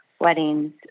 weddings